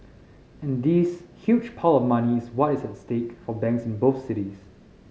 and this huge pile of money is what is at stake for banks in both cities